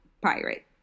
pirate